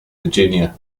virginia